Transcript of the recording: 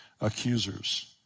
accusers